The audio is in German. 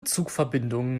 zugverbindungen